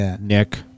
Nick